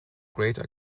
greater